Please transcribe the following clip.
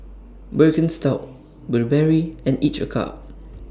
Birkenstock Burberry and Each A Cup